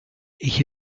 ich